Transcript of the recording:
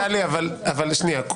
טלי, אבל שנייה.